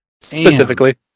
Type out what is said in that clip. Specifically